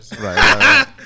right